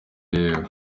yewe